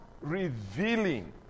revealing